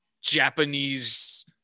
Japanese